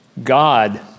God